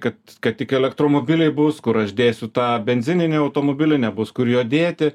kad kad tik elektromobiliai bus kur aš dėsiu tą benzininį automobilį nebus kur jo dėti